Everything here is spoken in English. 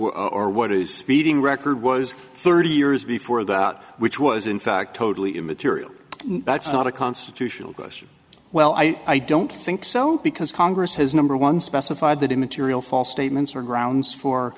is speeding record was thirty years before that which was in fact totally immaterial that's not a constitutional question well i i don't think so because congress has number one specified that immaterial false statements are grounds for